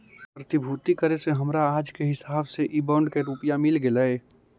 प्रतिभूति करे से हमरा आज के हिसाब से इ बॉन्ड के रुपया मिल गेलइ